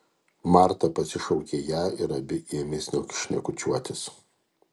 marta pasišaukė ją ir abi ėmė šnekučiuotis